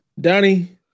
Donnie